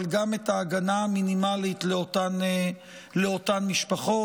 אבל גם את ההגנה המינימלית לאותן משפחות.